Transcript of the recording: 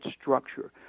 structure